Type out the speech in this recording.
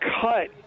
cut